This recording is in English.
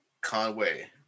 Conway